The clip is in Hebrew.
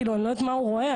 אני לא יודעת מה הוא רואה?